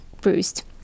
bruised